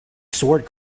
sword